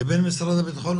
לבין משרד הבטחון,